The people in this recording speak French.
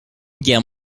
guerre